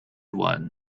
one